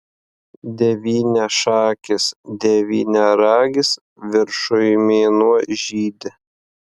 devyniašakis devyniaragis viršuj mėnuo žydi